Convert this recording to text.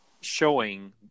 showing